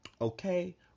okay